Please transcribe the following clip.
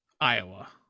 Iowa